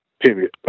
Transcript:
period